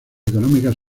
económicas